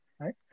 right